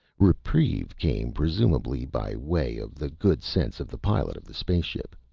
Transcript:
reprieve came presumably by way of the good-sense of the pilot of the space ship.